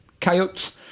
Coyotes